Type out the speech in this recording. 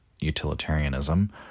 utilitarianism